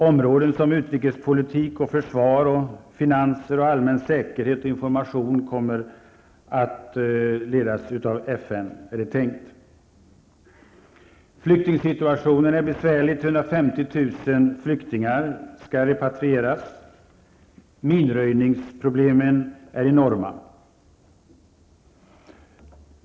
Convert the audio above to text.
Områden som utrikespolitik, försvar, finanser, allmän säkerhet och information kommer att ledas av FN, är det tänkt. Flyktingsituationen är besvärlig. 350 000 flyktingar skall repatrieras. Minröjningsproblemen är enorma.